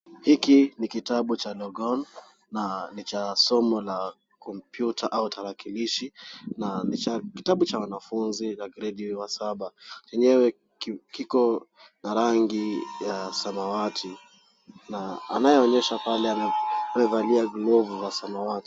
Hiki ni kitabu cha Longhorn na ni cha somo la kompyuta au tarakilishi na ni kitabu cha wanafunzi wa gredi ya saba, chenyewe kiko na rangi ya samawati na anayeonyesha pale amevalia glovu za samawati.